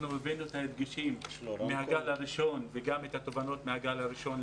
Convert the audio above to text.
הבאנו למנכ"ל את ההדגשים מהגל הראשון וגם את התובנות מהגל הראשון.